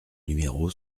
numéro